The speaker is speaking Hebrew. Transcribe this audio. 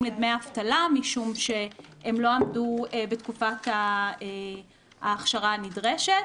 לדמי אבטלה משום שהם לא עמדו בתקופת האכשרה הנדרשת.